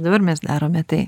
dabar mes darome tai